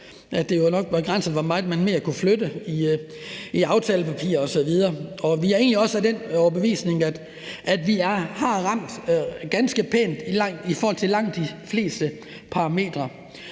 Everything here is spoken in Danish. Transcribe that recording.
at det nok var begrænset, hvor meget mere man kunne flytte i aftalepapirer osv. Vi er egentlig også af den overbevisning, at vi har ramt det ganske pænt i forhold til langt de fleste parametre.